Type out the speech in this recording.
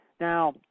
Now